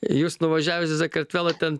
jūs nuvažiavęs į sakartvelą ten